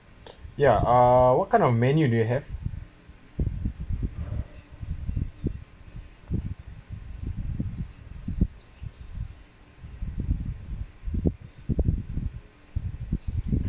ya uh what kind of menu do you have